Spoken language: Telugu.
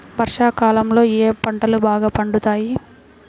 వర్షాకాలంలో ఏ పంటలు బాగా పండుతాయి?